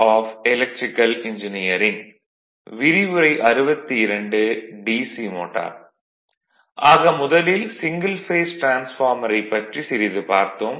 ஆக முதலில் single phase டிரான்ஸ்பார்மரைப் பற்றி சிறிது பார்த்தோம்